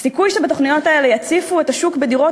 הסיכוי שבתוכניות האלה יציפו את השוק בדירות